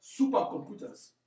supercomputers